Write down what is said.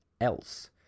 else